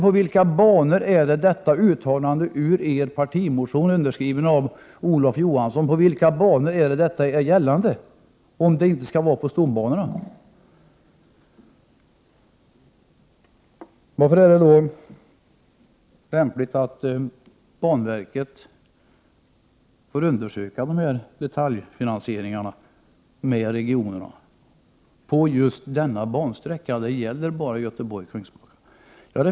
På vilka banor skall detta uttalande ur er partimotion, underskriven av Olof Johansson, gälla — om det inte skall gälla för stombanorna? Varför är det då lämpligt att banverket får undersöka dessa detaljfinansieringar med regionerna på just bansträckan Göteborg—-Kungsbacka?